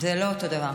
לא, אל תעשי ספורט.